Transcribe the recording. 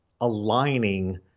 aligning